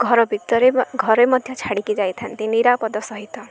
ଘର ଭିତରେ ବା ଘରେ ମଧ୍ୟ ଛାଡ଼ିକି ଯାଇଥାନ୍ତି ନିରାପଦ ସହିତ